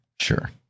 Sure